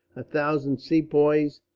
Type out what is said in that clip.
a thousand sepoys,